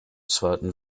zweiten